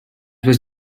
was